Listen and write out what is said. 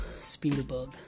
Spielberg